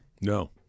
No